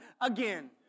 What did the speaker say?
again